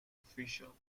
official